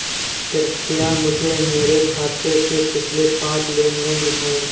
कृपया मुझे मेरे खाते से पिछले पांच लेन देन दिखाएं